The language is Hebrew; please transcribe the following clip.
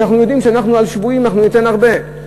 משום שיודעים שעל שבויים אנחנו ניתן הרבה.